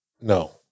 No